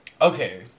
Okay